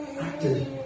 acted